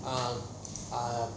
ah ah ya